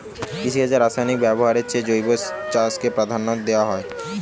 কৃষিকাজে রাসায়নিক ব্যবহারের চেয়ে জৈব চাষকে প্রাধান্য দেওয়া হয়